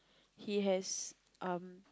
he has um